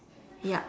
yup